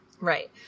Right